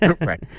Right